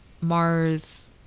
Mars